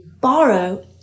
borrow